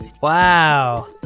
Wow